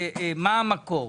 מה המקור?